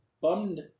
bummed